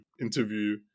interview